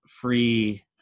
free